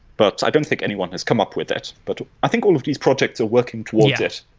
but i don't think anyone has come up with it. but i think all of these projects are working towards it.